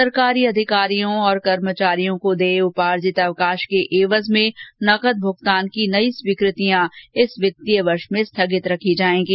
सरकारी अधिकारियों और कर्मचारियों को देय उपार्जित अवकाश के एवज में नकद भुगतान की नई स्वीकृतियां इस वित्तीय वर्ष में स्थगित रखी जाएंगी